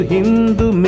Hindu